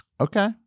Okay